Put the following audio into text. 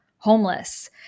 homeless